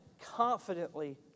confidently